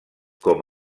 com